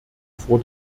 bevor